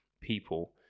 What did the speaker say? people